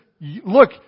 Look